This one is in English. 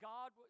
God